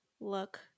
look